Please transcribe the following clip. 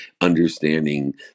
understanding